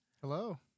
hello